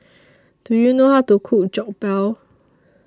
Do YOU know How to Cook Jokbal